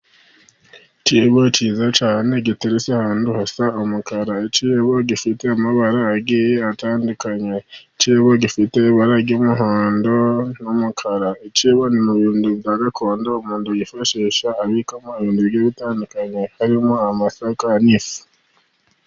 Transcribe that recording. Ikibo kiza cyane giteretse ahantu hasa n'umukara, icyibo gifite amabara agiye atandukanye, ikibo gifite ibara ry'umuhondo n'umukara, icyibo ni mu bintu bya gakondo, umuntu yifashisha abikamo ibintu bitandukanye harimo amasaka , ni ifu.